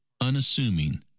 unassuming